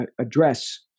address